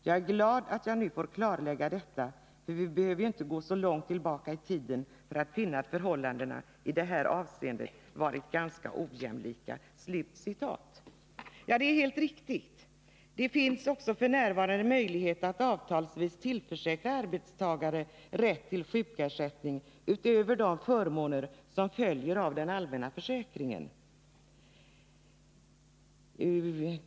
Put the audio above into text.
Jag är glad statsverksamheten, att jag nu får klarlägga detta, för vi behöver ju inte gå så långt tillbaka i tiden — mm m. för att finna att förhållandena i det här avseendet varit ganska ojämlika.” Det är helt riktigt. Det finns också f. n. möjlighet att avtalsvis tillförsäkra arbetstagare rätt till sjukersättning utöver de förmåner som följer av den allmänna försäkringen.